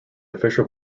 official